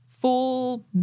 full